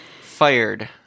fired